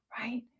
right